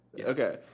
Okay